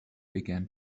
began